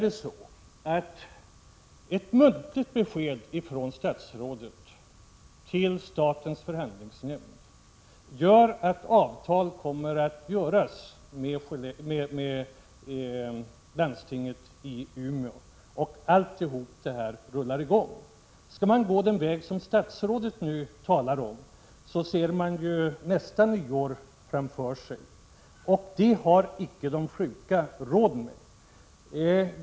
Ett muntligt besked från statsrådet till statens förhandlingsnämnd skulle göra att avtal kom att träffas med landstinget i Umeå och att allt detta rullade i gång. Går man den väg som statsrådet talar om dröjer det ytterligare ett år, och det har icke de sjuka råd med.